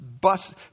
bus